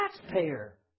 taxpayer